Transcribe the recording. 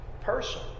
person